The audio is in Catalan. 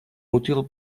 útil